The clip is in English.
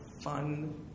fun